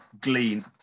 glean